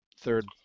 third